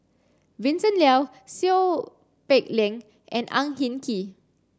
Vincent Leow Seow Peck Leng and Ang Hin Kee